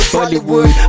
Hollywood